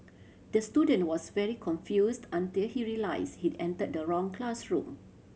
the student was very confused until he realised he entered the wrong classroom